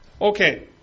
Okay